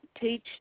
teach